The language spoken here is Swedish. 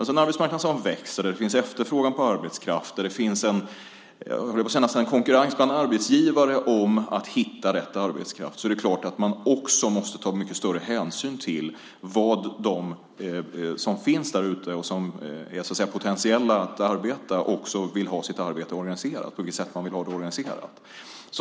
I en arbetsmarknad som växer, där det finns efterfrågan på arbetskraft och konkurrens bland arbetsgivare om arbetskraften, är det klart att man också måste ta mycket större hänsyn till hur de potentiella arbetstagarna vill ha sitt arbete organiserat.